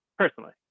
Personally